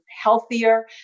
healthier